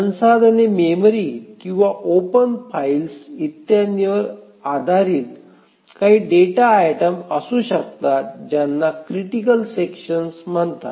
संसाधने मेमरी किंवा open files इत्यादींवर आधारित काही डेटा आयटम असू शकतात ज्यांना क्रिटिकल सेकशन्स म्हणतात